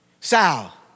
Sal